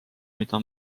mida